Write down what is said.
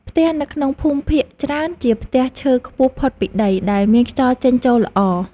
ផ្ទះនៅក្នុងភូមិភាគច្រើនជាផ្ទះឈើខ្ពស់ផុតពីដី ដែលមានខ្យល់ចេញចូលល្អ។